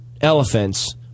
elephants